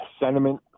sentiment